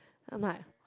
I'm like